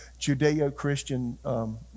Judeo-Christian